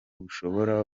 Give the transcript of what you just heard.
bushoboka